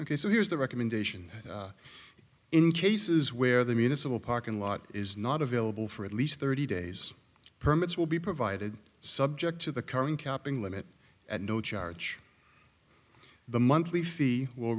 ok so here is the recommendation in cases where the municipal parking lot is not available for at least thirty days permits will be provided subject to the current capping limit at no charge the monthly fee will